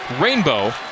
rainbow